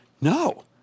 No